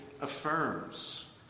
affirms